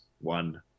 one